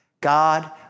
God